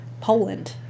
Poland